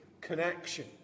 connection